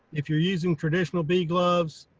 if you're using traditional bee gloves,